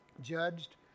judged